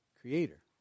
Creator